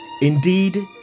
Indeed